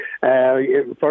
First